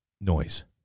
noise